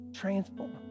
Transform